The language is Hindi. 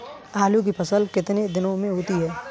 आलू की फसल कितने दिनों में होती है?